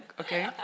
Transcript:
okay